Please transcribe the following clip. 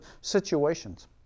situations